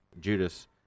Judas